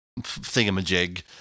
thingamajig